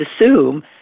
assume